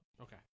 Okay